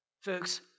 Folks